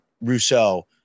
Rousseau